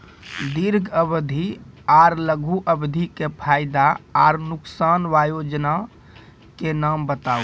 दीर्घ अवधि आर लघु अवधि के फायदा आर नुकसान? वयोजना के नाम बताऊ?